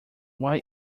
why